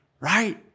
Right